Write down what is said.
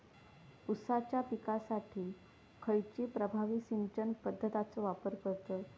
ऊसाच्या पिकासाठी खैयची प्रभावी सिंचन पद्धताचो वापर करतत?